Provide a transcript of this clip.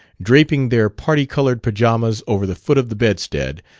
draping their parti-colored pajamas over the foot of the bedstead,